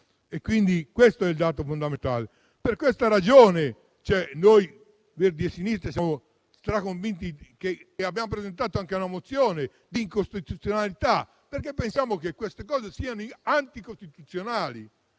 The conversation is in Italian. Questo è il dato fondamentale. Per questa ragione noi dell'Alleanza Verdi e Sinistra siamo estremamente convinti e abbiamo presentato anche una mozione di incostituzionalità, perché pensiamo che queste misure siano anticostituzionali.